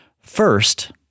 First